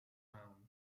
round